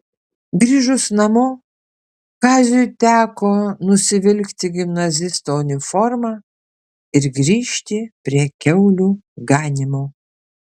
grįžus namo kaziui teko nusivilkti gimnazisto uniformą ir grįžti prie kiaulių ganymo